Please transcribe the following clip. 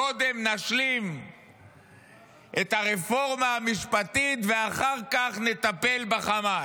קודם נשלים את הרפורמה המשפטית ואחר כך נטפל בחמאס.